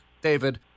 David